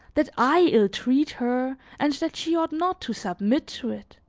that i ill-treat her and that she ought not to submit to it.